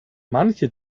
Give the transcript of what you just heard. manche